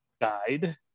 guide